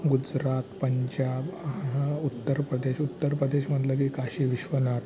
गुजरात पंजाब उत्तर प्रदेश उत्तर प्रदेश म्हटलं की काशी विश्वनाथ